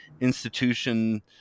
institution